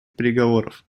переговоров